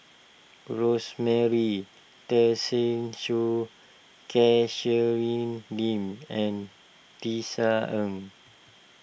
Rosemary Tessensohn Catherine Lim and Tisa Ng